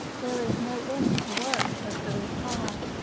there is no end to work, was the reply.